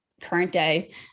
current-day